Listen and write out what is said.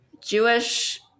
Jewish